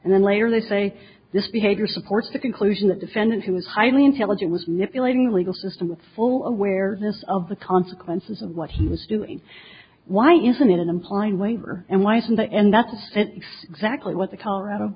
and then later they say this behavior supports the conclusion that defendant who was highly intelligent was nipped elating legal system with full awareness of the consequences of what he was doing why isn't it implying waiver and wise in the end that's exactly what the colorado